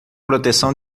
proteção